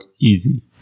easy